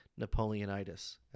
Napoleonitis